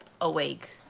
awake